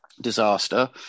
disaster